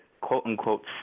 quote-unquote